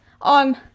on